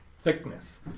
thickness